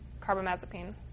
carbamazepine